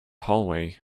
hallway